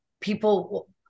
people